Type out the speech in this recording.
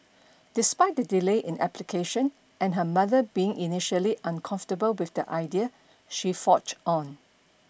despite the delay in application and her mother being initially uncomfortable with the idea she forged on